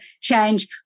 change